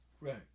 Right